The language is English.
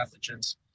pathogens